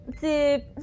the-